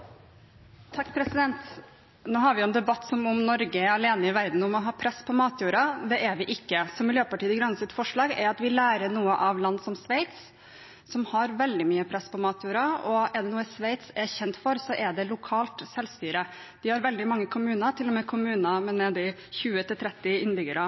alene i verden om å ha press på matjorda. Det er vi ikke, så Miljøpartiet De Grønnes forslag er at vi lærer noe av land som Sveits, som har veldig mye press på matjorda. Er det noe Sveits er kjent for, er det lokalt selvstyre. De har veldig mange kommuner, til og med kommuner med ned i 20–30 innbyggere.